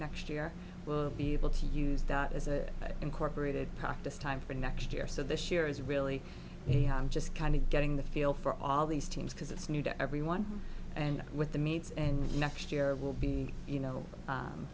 next year will be able to use that as an incorporated practice time for next year so this year is really just kind of getting the feel for all these teams because it's new to everyone and with the meets and next year will be you know